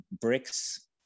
bricks